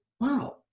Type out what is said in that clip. wow